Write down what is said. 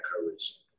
coverage